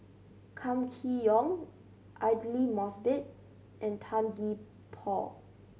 Kam Kee Yong Aidli Mosbit and Tan Gee Paw